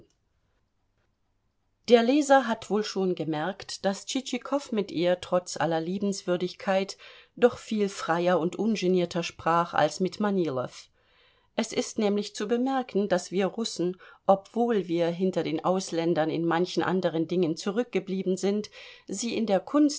der leser hat wohl schon gemerkt daß tschitschikow mit ihr trotz aller liebenswürdigkeit doch viel freier und ungenierter sprach als mit manilow es ist nämlich zu bemerken daß wir russen obwohl wir hinter den ausländern in manchen anderen dingen zurückgeblieben sind sie in der kunst